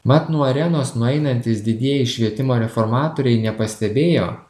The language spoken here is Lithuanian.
mat nuo arenos nueinantys didieji švietimo reformatoriai nepastebėjo